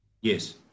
Yes